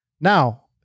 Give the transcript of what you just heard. Now